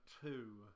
two